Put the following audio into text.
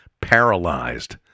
Paralyzed